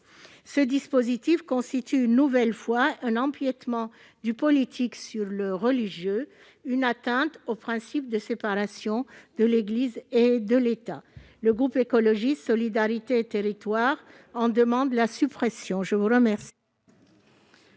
à l'alinéa 5 constitue une nouvelle fois un empiètement du politique sur le religieux, une atteinte au principe de séparation des Églises et de l'État. Le groupe Écologiste - Solidarité et Territoires en demande donc la suppression. L'amendement